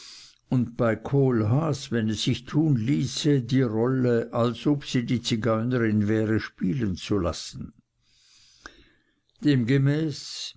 und bei kohlhaas wenn es sich tun ließe die rolle als ob sie die zigeunerin wäre spielen zu lassen demgemäß